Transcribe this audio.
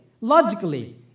Logically